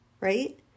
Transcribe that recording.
right